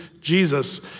Jesus